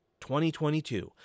2022